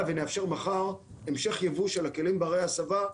ונאפשר מחר המשך ייבוא של הכלים ברי הסבה,